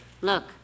Look